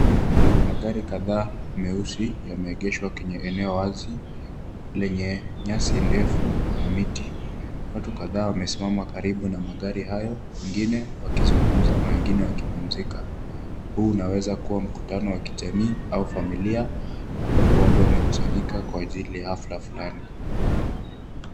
Magari kadhaa meusi yameegeshwa kwenye eneo wazi, lenye nyasi ndefu na miti. Watu kadhaa wamesimama karibu na magari hayo, wengine wakizungumza na wengine wakipumzika. Huu unaweza kuwa mkutano wa kijamii au familia, ambapo watu wamekusanyika kwa ajili ya hafla fulani.